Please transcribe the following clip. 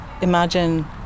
imagine